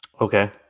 Okay